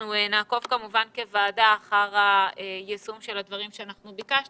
אנחנו כוועדה נעקוב כמובן אחר היישום של הדברים שביקשנו,